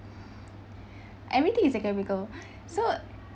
everything is a chemical so